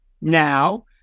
now